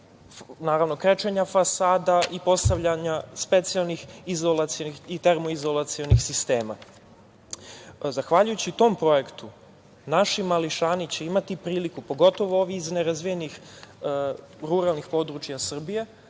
čvorova, krečenja fasada i postavljanja specijalnih izolacionih i termoizolacionih sistema. Zahvaljujući tom projektu naši mališani će imati priliku, pogotovo ovi iz nerazvijenih, ruralnih područja Srbije